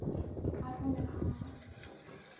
ᱟᱨᱦᱚᱸ ᱢᱮᱱᱟᱜᱼᱟ